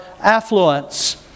affluence